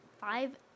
five